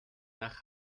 nach